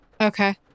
Okay